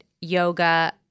yoga